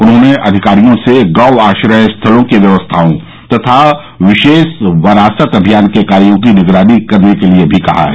उन्होंने अधिकारियों से गौ आश्रय स्थलों की व्यवस्थाओं तथा विशेष वरासत अभियान के कार्यो की निगरानी करने के लिये भी कहा है